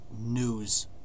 news